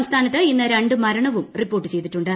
സംസ്ഥാനത്ത് ഇന്ന് രണ്ട് മരണവും റ്റിപ്പോർട്ട് ചെയ്തിട്ടുണ്ട്